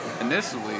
initially